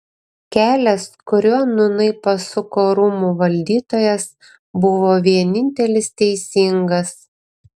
kelias kuriuo nūnai pasuko rūmų valdytojas buvo vienintelis teisingas